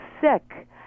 sick